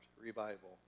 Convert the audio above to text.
revival